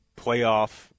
playoff